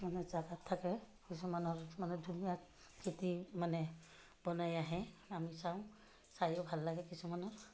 মানে জেগাত থাকে কিছুমানৰ মানে ধুনীয়া খেতি মানে বনাই আহে আমি চাওঁ চাইও ভাল লাগে কিছুমানৰ